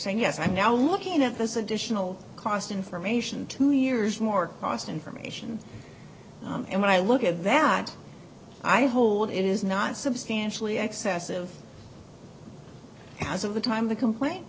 saying yes i'm now looking at this additional cost information two years more cost information and when i look at that i hold it is not substantially excessive as of the time the complaint